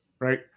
Right